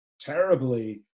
terribly